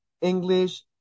english